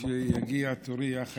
שיגיע תורי יחד איתך.